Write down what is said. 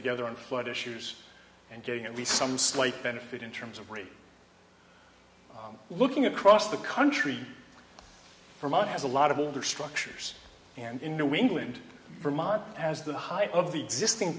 together on what issues and getting at least some slight benefit in terms of rate looking across the country from us as a lot of older structures and in new england vermont as the height of the existing